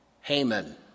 Haman